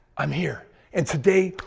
i'm here and today,